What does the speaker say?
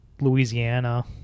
Louisiana